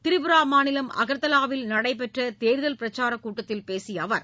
திரிபுரா மாநிலம் அகர்தலாவில் நடைபெற்ற தேர்தல் பிரச்சாரக் கூட்டத்தில் பேசிய அவர்